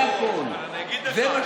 זה מה שאמרתי.